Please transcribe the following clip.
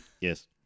yes